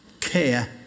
care